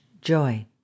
joy